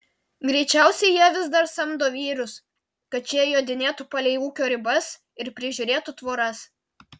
greičiausiai jie vis dar samdo vyrus kad šie jodinėtų palei ūkio ribas ir prižiūrėtų tvoras